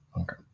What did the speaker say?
Okay